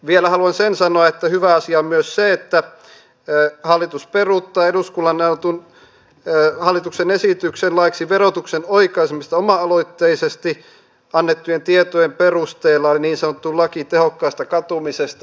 vielä haluan sanoa sen että hyvä asia on myös se että hallitus peruuttaa eduskunnalle annetun hallituksen esityksen laiksi verotuksen oikaisemisesta oma aloitteisesti annettujen tietojen perusteella niin sanottu laki tehokkaasta katumisesta